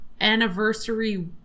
anniversary